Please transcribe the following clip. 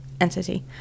entity